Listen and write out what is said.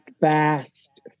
fast